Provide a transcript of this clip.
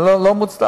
זה לא מוצדק,